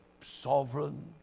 sovereign